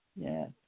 Yes